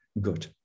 good